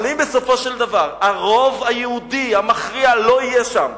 אבל אם בסופו של דבר הרוב היהודי המכריע לא יהיה שם,